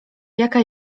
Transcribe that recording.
jaka